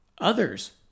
others